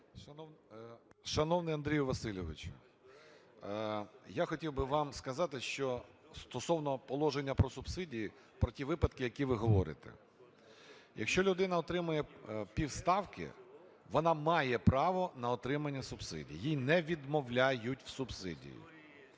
Шановний Андрію Васильовичу, я хотів би вам сказати стосовно положення про субсидії, про ті випадки, які ви говорите. Якщо людина отримує півставки, вона має право на отримання субсидій. Їй не відмовляють в субсидії.